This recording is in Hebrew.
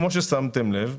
כמו ששמתם לב,